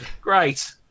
Great